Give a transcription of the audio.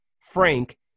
frank